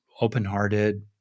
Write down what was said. open-hearted